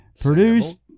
Produced